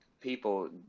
people